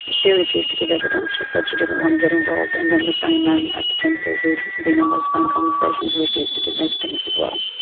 and she refused to give evidence, she said she didn't want to get involved, and then the same man at the temple who had been on those phone conversations refused to give evidence as well.